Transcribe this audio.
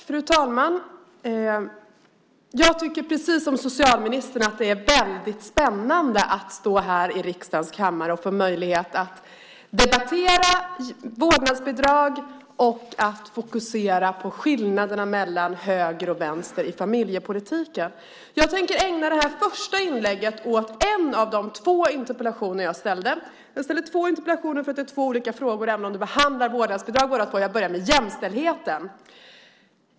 Fru talman! Jag tycker precis som socialministern att det är väldigt spännande att stå här i riksdagens kammare och få debattera vårdnadsbidrag och fokusera på skillnaderna mellan höger och vänster i familjepolitiken. Jag tänker ägna det första inlägget åt den första interpellationen jag ställde. Jag ställde två interpellationer eftersom det är två olika frågor även om de båda två behandlar vårdnadsbidraget. Jag börjar med jämställdheten.